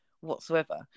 whatsoever